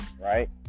right